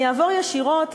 אני אעבור ישירות,